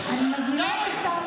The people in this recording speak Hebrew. די.